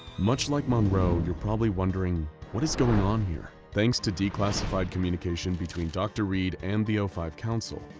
much like monroe, you're probably wondering what is going on here? thanks to declassified communications between dr. reed and the o five council,